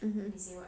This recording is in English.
mmhmm